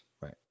Right